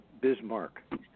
Bismarck